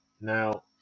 Now